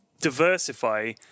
diversify